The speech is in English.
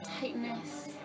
tightness